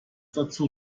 dazu